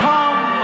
Come